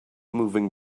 moving